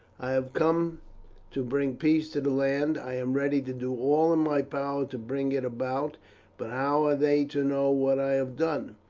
i have come to bring peace to the land. i am ready to do all in my power to bring it about but how are they to know what i have done?